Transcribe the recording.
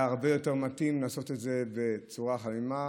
היה הרבה יותר מתאים לעשות את זה בצורה הולמת,